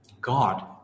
God